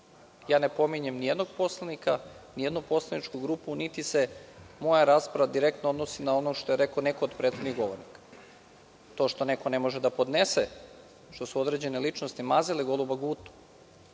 Ne pominjem nijednog poslanika, nijednu poslaničku grupu niti se moja rasprava direktno odnosi na ono što je rekao neko od prethodnih govornika. To što neko ne može da podnese što su određene ličnosti mazile goluba Gutu,